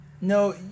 No